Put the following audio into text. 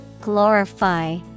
Glorify